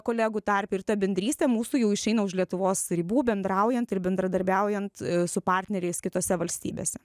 kolegų tarpe ir ta bendrystė mūsų jau išeina už lietuvos ribų bendraujant ir bendradarbiaujant su partneriais kitose valstybėse